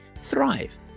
thrive